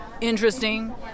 interesting